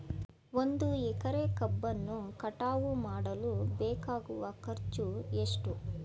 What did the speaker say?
ಒಂದು ಎಕರೆ ಕಬ್ಬನ್ನು ಕಟಾವು ಮಾಡಲು ಬೇಕಾಗುವ ಖರ್ಚು ಎಷ್ಟು?